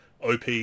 OP